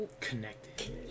Connected